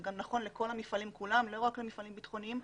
זה גם נכון לכל המפעלים כולם ולא רק לפעלים ביטחוניים.